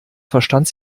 verstand